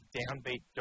downbeat